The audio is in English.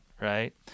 right